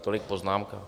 Tolik poznámka.